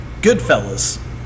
Goodfellas